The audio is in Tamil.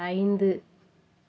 ஐந்து